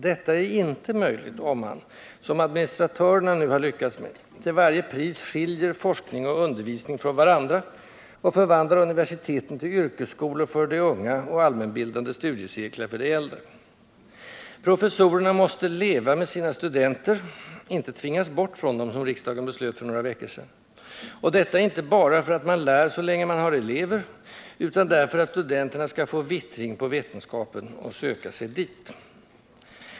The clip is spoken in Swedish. Detta är inte möjligt om man, som administratörerna nu har lyckats med, till varje pris skiljer forskning och undervisning från varandra och förvandlar universiteten till yrkesskolor för de unga och allmänbildande studiecirklar för de äldre. Professorerna måste leva med sina studenter, inte tvingas bort från dem, som riksdagen beslöt för några veckor sedan, och detta inte bara för att man lär så länge man har elever, utan för att studenterna skall få vittring på vetenskapen och söka sig dit.